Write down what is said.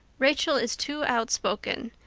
rachel is too outspoken.